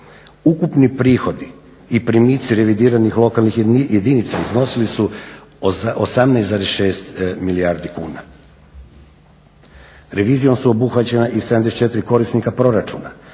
Ukupni prihodi i primici revidiranih lokalnih jedinica iznosili su 18,6 milijardi kuna. Revizijom su obuhvaćena i 74 korisnika proračuna